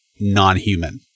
non-human